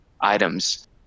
items